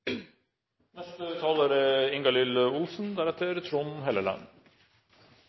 Neste taler er